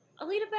Alita